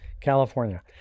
california